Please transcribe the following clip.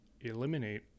eliminate